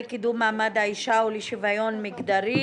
של הוועדה לקידום מעמד האישה ולשוויון מגדרי.